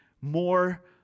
more